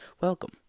Welcome